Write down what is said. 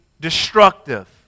destructive